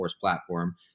platform